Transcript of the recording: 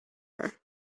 her